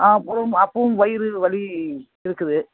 ஆ அப்புறம் அப்பவும் வயிறு வலி இருக்குது